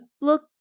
look